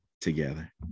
together